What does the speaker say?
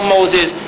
Moses